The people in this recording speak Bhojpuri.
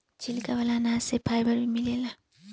छिलका वाला अनाज से फाइबर भी मिलेला